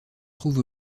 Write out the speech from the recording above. trouve